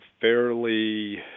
fairly